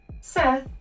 Seth